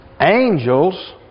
angels